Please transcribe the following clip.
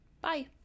bye